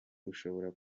ushobora